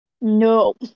no